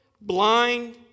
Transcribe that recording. blind